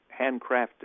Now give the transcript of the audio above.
handcrafted